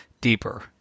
deeper